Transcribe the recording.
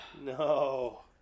No